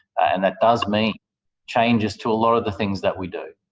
and that does mean changes to a lot of the things that we do.